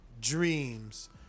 Dreams